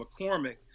McCormick